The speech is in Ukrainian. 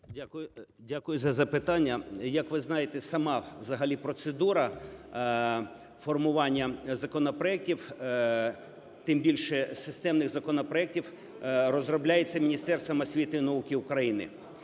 Дякую за запитання. Як ви знаєте, сама взагалі процедура формування законопроектів, тим більше системних законопроектів, розробляється Міністерством освіти і науки України.